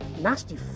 nasty